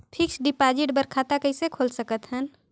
Fixed deposit बर खाता कइसे खोल सकत हन?